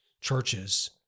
churches